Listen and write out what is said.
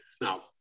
Now